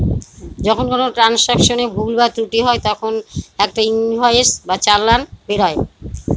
যখন কোনো ট্রান্সাকশনে ভুল বা ত্রুটি হয় তখন একটা ইনভয়েস বা চালান বেরোয়